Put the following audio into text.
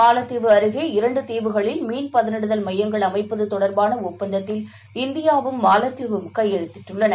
மாலத்தீவு மீன் இரண்டுதீவுகளில் பதனிடுதல் மையங்கள் அருகே அமைப்பதுதொடர்பானஒப்பந்தத்தில் இந்தியாவும் மாலத்தீவும் இன்றுகையெழுத்திட்டுள்ளன